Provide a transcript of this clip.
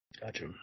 Gotcha